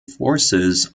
forces